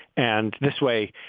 and this way,